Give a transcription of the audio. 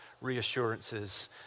reassurances